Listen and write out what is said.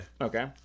Okay